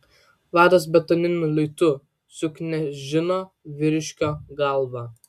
vadas betoniniu luitu suknežino vyriškio galvą